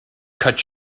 cut